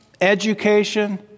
education